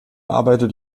arbeitet